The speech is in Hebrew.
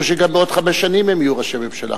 שגם בעוד חמש שנים הם יהיו ראשי ממשלה,